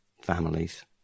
families